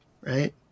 right